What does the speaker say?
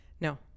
no